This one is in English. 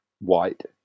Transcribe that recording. white